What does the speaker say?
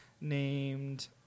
named